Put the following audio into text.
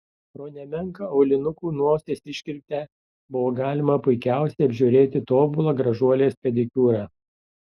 pro nemenką aulinukų nosies iškirptę buvo galima puikiausiai apžiūrėti tobulą gražuolės pedikiūrą